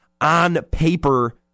on-paper